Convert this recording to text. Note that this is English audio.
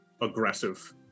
aggressive